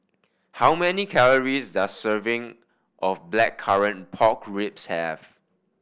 how many calories does a serving of Blackcurrant Pork Ribs have